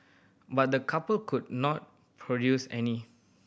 but the couple could not produce any